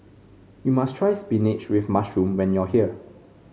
you must try spinach with mushroom when you are here